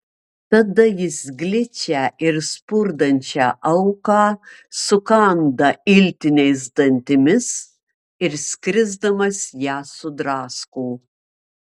tada jis gličią ir spurdančią auką sukanda iltiniais dantimis ir skrisdamas ją sudrasko